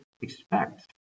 expect